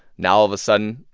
now, all of a sudden,